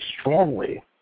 strongly